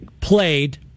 played